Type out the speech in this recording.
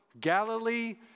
Galilee